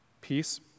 Peace